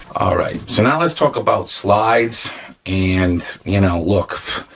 all right, so now let's talk about slides and you know look,